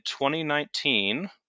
2019